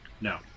No